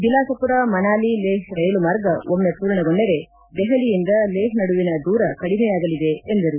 ಬಿಲಾಸಪುರ ಮನಾಲ ಲೇಹ್ ರೈಲು ಮಾರ್ಗ ಒಮ್ಮ ಪೂರ್ಣಗೊಂಡರೆ ದೆಹಲಿಯಿಂದ ಲೇಹ್ ನಡುವಿನ ದೂರ ಕಡಿಮೆಯಾಗಲಿದೆ ಎಂದರು